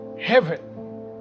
heaven